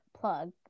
plug